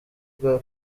bwa